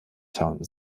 town